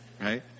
Right